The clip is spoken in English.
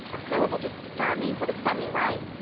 a syllable just to start me, would have set me right,